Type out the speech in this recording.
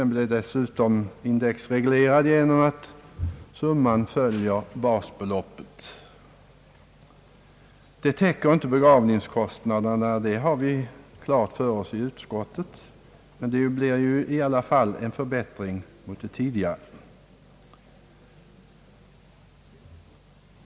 Den blir dessutom indexreglerad genom att summan följer basbeloppet. Vi har klart för oss i utskottet att detta belopp inte täcker begravningskostnaderna, men det blir i alla fall en klar förbättring mot tidigare.